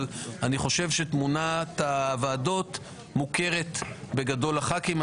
אבל אני חושב שתמונת הוועדות מוכרת בגדול לח"כים.